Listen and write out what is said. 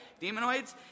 Demonoids